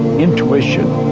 intuition,